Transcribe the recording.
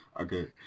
Okay